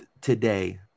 today